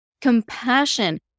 compassion